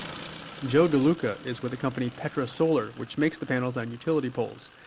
joe deluca is with the company petrasolar, which makes the panels on utility poles.